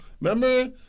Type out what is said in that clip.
Remember